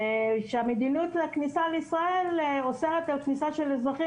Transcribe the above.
כשהמדיניות הכניסה לישראל אוסרת על כניסה של אזרחים